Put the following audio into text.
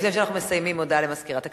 לפני שאנחנו מסיימים, הודעה למזכירת הכנסת.